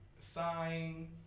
Sign